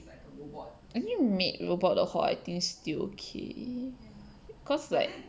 actually maid robot 的话 I think still okay cause like